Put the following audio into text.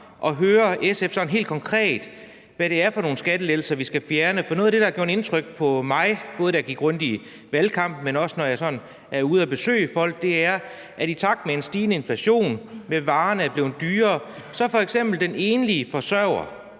at høre SF sådan helt konkret, hvad det er for nogle skattelettelser, vi skal fjerne. For noget af det, der har gjort indtryk på mig, både da jeg gik rundt i valgkampen, men også når jeg sådan er ude og besøge folk, er, at i takt med en stigende inflation er varerne blevet dyrere, og f.eks. den enlige forsørger,